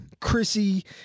Chrissy